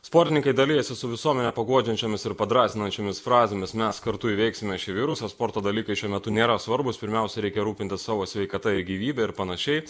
sportininkai dalijasi su visuomene paguodžiančiomis ir padrąsinančiomis frazėmis mes kartu įveiksime šį virusą sporto dalykai šiuo metu nėra svarbūs pirmiausia reikia rūpintis savo sveikata ir gyvybe ir panašiai